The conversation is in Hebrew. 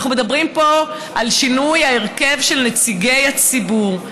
אנחנו מדברים פה על שינוי ההרכב של נציגי הציבור.